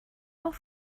nur